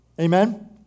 Amen